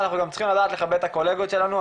אנחנו צריכים גם לדעת לכבד את הקולגות שלנו,